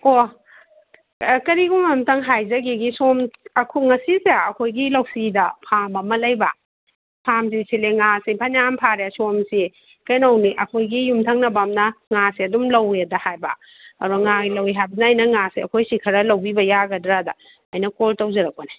ꯑꯣ ꯀꯔꯤꯒꯨꯝꯕ ꯑꯝꯇꯪ ꯍꯥꯏꯖꯒꯤꯒꯦ ꯁꯣꯝ ꯑꯩꯈꯣꯏ ꯉꯁꯤꯁꯦ ꯑꯩꯈꯣꯏꯒꯤ ꯂꯧꯁꯤꯗ ꯐꯥꯝ ꯑꯃ ꯂꯩꯕ ꯐꯥꯝꯁꯤ ꯁꯤꯠꯂꯦ ꯉꯥꯁꯤ ꯐꯅꯌꯥꯝ ꯐꯥꯔꯦ ꯁꯣꯝꯁꯤ ꯀꯩꯅꯣꯅꯤ ꯑꯩꯈꯣꯏꯒꯤ ꯌꯨꯝꯊꯪꯅꯕ ꯑꯃꯅ ꯉꯥꯁꯦ ꯑꯗꯨꯝ ꯂꯧꯋꯦꯗ ꯍꯥꯏꯕ ꯑꯗꯣ ꯉꯥ ꯂꯧꯋꯦ ꯍꯥꯏꯕꯗꯨꯅ ꯑꯩꯅ ꯉꯥꯁꯦ ꯑꯩꯈꯣꯏ ꯁꯤ ꯈꯔ ꯂꯧꯕꯤꯕ ꯌꯥꯒꯗ꯭ꯔꯥꯗ ꯑꯩꯅ ꯀꯣꯜ ꯇꯧꯖꯔꯛꯄꯅꯦ